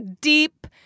deep